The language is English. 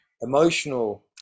emotional